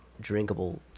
drinkable